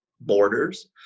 borders